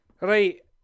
Right